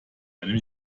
einem